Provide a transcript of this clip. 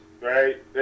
right